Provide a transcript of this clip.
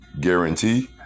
Guarantee